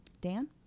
Dan